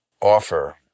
offer